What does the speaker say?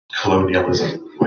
colonialism